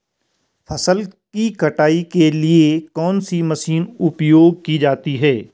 फसल की कटाई के लिए कौन सी मशीन उपयोग की जाती है?